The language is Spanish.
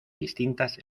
distintas